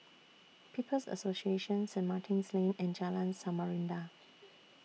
People's Association Saint Martin's Lane and Jalan Samarinda